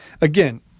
again